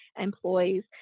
employees